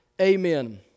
Amen